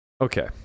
Okay